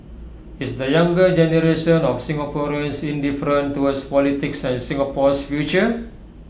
is the younger generation of Singaporeans indifferent towards politics and Singapore's future